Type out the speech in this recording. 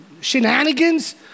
shenanigans